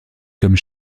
comme